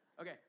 Okay